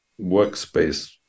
workspace